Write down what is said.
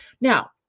Now